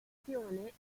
sezione